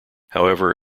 however